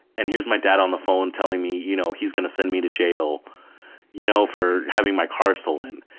and here's my dad on the phone telling me that you know he's going to send me to jail you know for having my car stolen.